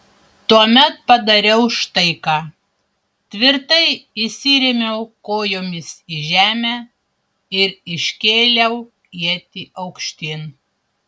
tuomet padariau štai ką tvirtai įsirėmiau kojomis į žemę ir iškėliau ietį aukštyn